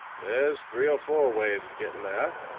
there's three or four ways of getting there,